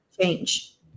change